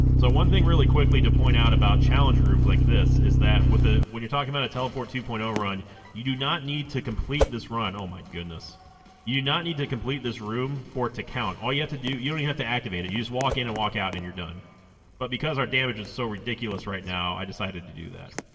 so one thing really quickly to point out about challenge rooms like this is that with it when you're talking about a teleport two point zero run you do not need to complete this run oh my goodness you not need to complete this room for it to count all you have to do you only have to activate it you just walk in and walk out and you're done but because our damage is so ridiculous right now i decided to do that